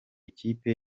kipe